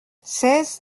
seize